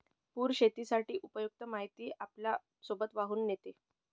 पूर शेतीसाठी उपयुक्त माती आपल्यासोबत वाहून नेतो